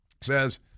says